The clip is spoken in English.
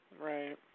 Right